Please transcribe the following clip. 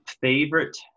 Favorite